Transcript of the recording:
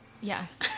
Yes